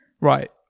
right